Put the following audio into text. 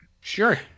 Sure